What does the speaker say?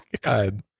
God